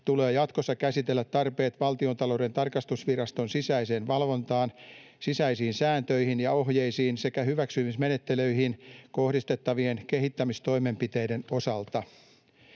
tulee jatkossa käsitellä tarpeet Valtiontalouden tarkastusviraston sisäiseen valvontaan, sisäisiin sääntöihin ja ohjeisiin sekä hyväksymismenettelyihin kohdistettavien kehittämistoimenpiteiden osalta.”